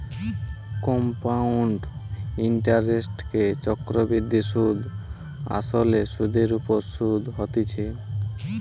compound ইন্টারেস্টকে চক্রবৃদ্ধি সুধ আসলে সুধের ওপর শুধ হতিছে